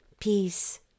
peace